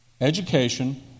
education